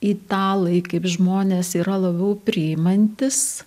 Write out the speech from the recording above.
italai kaip žmonės yra labiau priimantys